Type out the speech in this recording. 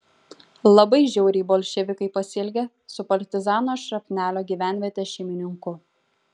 labai žiauriai bolševikai pasielgė su partizano šrapnelio gyvenvietės šeimininku